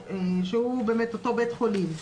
שהוא אותו בית חולים,